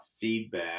feedback